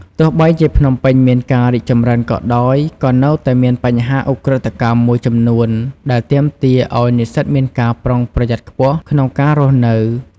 ទោះបីជាភ្នំពេញមានការរីកចម្រើនក៏ដោយ ក៏នៅតែមានបញ្ហាឧក្រិដ្ឋកម្មមួយចំនួនដែលទាមទារឲ្យនិស្សិតមានការប្រុងប្រយ័ត្នខ្ពស់ក្នុងការរស់នៅ។